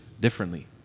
differently